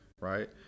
right